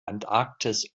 antarktis